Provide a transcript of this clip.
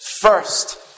First